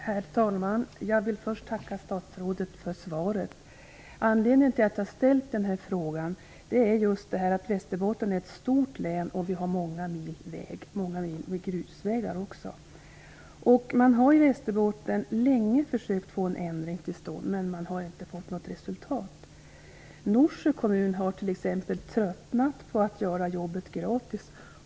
Herr talman! Jag vill först tacka statsrådet för svaret. Anledningen till att jag ställt frågan är just att Västerbotten är ett stort län. Vi har många mil vägar och många mil grusvägar. I Västerbotten har man länge försökt att få en ändring till stånd, men inte kommit fram till något resultat. T.ex. har Norsjö kommun tröttnat på att göra jobbet gratis.